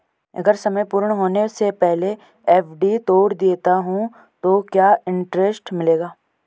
अगर समय पूर्ण होने से पहले एफ.डी तोड़ देता हूँ तो क्या इंट्रेस्ट मिलेगा?